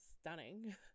stunning